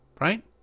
Right